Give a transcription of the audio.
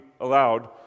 allowed